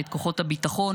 את כוחות הביטחון,